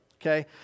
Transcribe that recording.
Okay